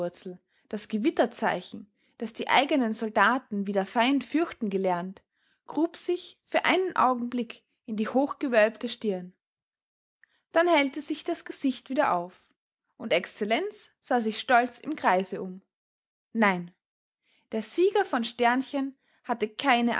das gewitterzeichen das die eigenen soldaten wie der feind fürchten gelernt grub sich für einen augenblick in die hochgewölbte stirne dann hellte sich das gesicht wieder auf und excellenz sah sich stolz im kreise um nein der sieger von hatte keine